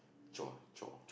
chore chore